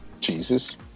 jesus